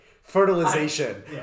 fertilization